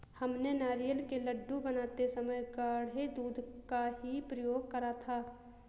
हमने नारियल के लड्डू बनाते समय गाढ़े दूध का ही प्रयोग करा था